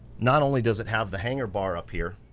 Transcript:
not only does it have the hanger bar up here,